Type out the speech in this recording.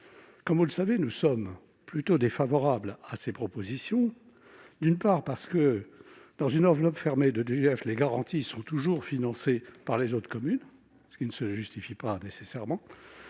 Comme vous le savez, nous sommes plutôt défavorables à ces propositions. En effet, d'une part, dans une enveloppe fermée de DGF, les garanties sont toujours financées par les autres communes, ce qui ne se justifie pas nécessairement